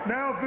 Now